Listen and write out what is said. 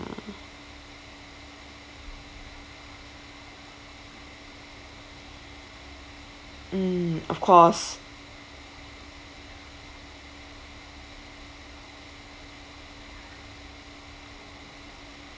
mm of course